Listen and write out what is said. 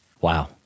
Wow